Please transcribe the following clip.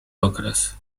okres